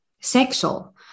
sexual